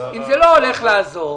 אם זה לא הולך לעזור